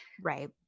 Right